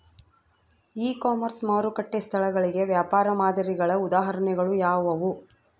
E commerce ಮಾರುಕಟ್ಟೆ ಸ್ಥಳಗಳಿಗೆ ವ್ಯಾಪಾರ ಮಾದರಿಗಳ ಉದಾಹರಣೆಗಳು ಯಾವುವು?